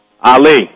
Ali